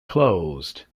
closed